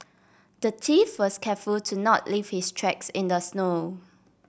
the thief was careful to not leave his tracks in the snow